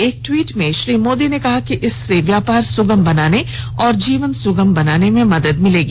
एक ट्वीट में श्री मोदी ने कहा कि इससे व्यापार सुगम बनाने और जीवन सुगम बनाने में मदद मिलेगी